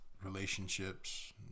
relationships